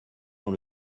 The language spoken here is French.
dans